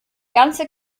ganze